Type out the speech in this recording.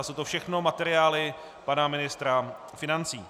Jsou to všechno materiály pana ministra financí.